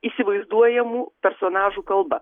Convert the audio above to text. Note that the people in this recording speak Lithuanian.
įsivaizduojamų personažų kalba